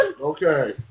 Okay